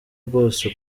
rwose